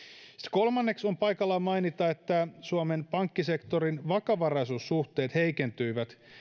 kolmanneksi on paikallaan mainita että suomen pankkisektorin vakavaraisuussuhteet heikentyivät